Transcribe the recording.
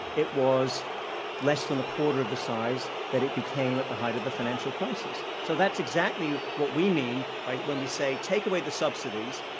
it was less than a quarter of the size that it became at the height of the financial crisis. so that's exactly what we mean like when we say, take away the subsidies,